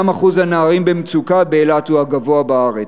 גם אחוז הנערים במצוקה באילת הוא הגבוה בארץ.